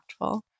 impactful